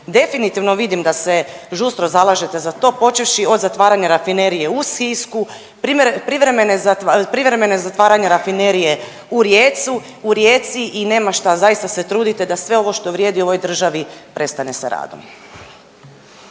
definitivno vidim da se žustro zalažete za to počevši od zatvaranja Rafinerije u Sisku, privremene zatvaranja Rafinerije u Rijeci i nema šta zaista se trudite da sve ovo što vrijedi u ovoj državi prestane sa radom.